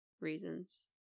reasons